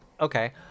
Okay